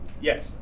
Yes